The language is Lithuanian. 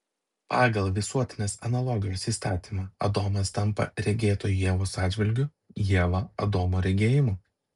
pagal visuotinės analogijos įstatymą adomas tampa regėtoju ievos atžvilgiu ieva adomo regėjimu